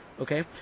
Okay